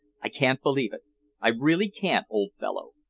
i can't believe it i really can't, old fellow.